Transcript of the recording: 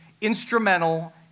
Instrumental